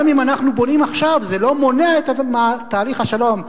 גם אם אנחנו בונים עכשיו זה לא מונע את תהליך השלום,